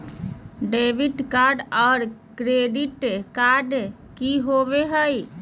Debit card और credit card की होवे हय?